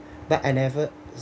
but I never